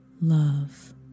love